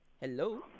Hello